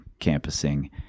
campusing